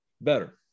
Better